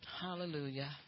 Hallelujah